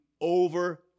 over